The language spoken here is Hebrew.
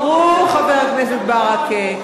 נכון, חבר הכנסת ברכה.